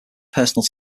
personal